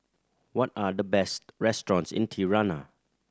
what are the best restaurants in Tirana